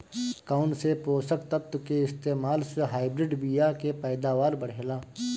कौन से पोषक तत्व के इस्तेमाल से हाइब्रिड बीया के पैदावार बढ़ेला?